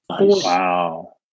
Wow